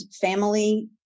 family